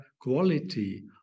quality